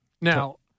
Now